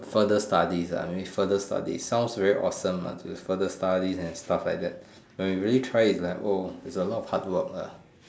further studies ah maybe further studies sound very awesome ah further studies and stuff like that when you do try it lah oh it's a lot of hardwork ah